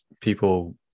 people